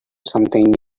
something